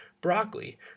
broccoli